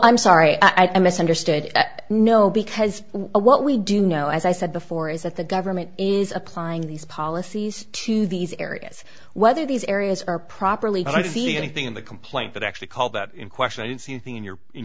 i'm sorry i misunderstood that no because what we do know as i said before is that the government is applying these policies to these areas whether these areas are properly but i see anything in the complaint that actually called that in question i don't see anything in your in